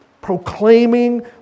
proclaiming